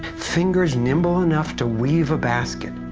fingers nimble enough to weave a basket,